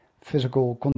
physical